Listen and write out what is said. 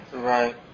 Right